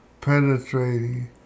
penetrating